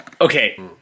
Okay